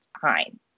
time